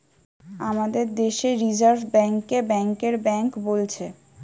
আমাদের দেশে reserve bank কে ব্যাংকের বেঙ্ক বোলছে